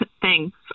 Thanks